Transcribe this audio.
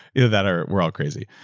either that or we're all crazy,